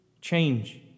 change